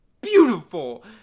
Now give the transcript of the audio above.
Beautiful